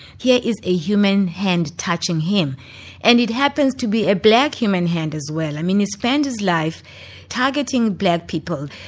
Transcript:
here is a human hand touching him and it happens to be a black human hand as well, i mean he spent his life targeting black people,